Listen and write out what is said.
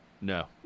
No